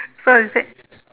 so is it